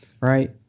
Right